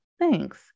Thanks